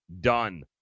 done